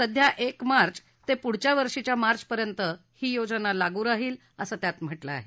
सध्या एक मार्च ते पुढच्या वर्षीच्या मार्वपर्यंत ही योजना लागू राहील असं त्यात म्हटलं आहे